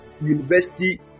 university